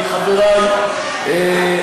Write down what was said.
כי חבריי,